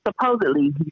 supposedly